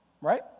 right